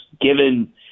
given